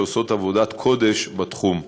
שעושות עבודת קודש בתחום,